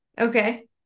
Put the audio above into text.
Okay